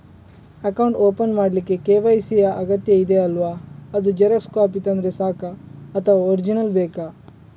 Account open ಮಾಡ್ಲಿಕ್ಕೆ KYC ಯಾ ಅಗತ್ಯ ಇದೆ ಅಲ್ವ ಅದು ಜೆರಾಕ್ಸ್ ಕಾಪಿ ತಂದ್ರೆ ಸಾಕ ಅಥವಾ ಒರಿಜಿನಲ್ ಬೇಕಾ?